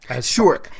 Sure